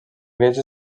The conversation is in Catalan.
greix